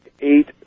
eight